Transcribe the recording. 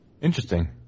Interesting